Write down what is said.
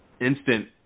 instant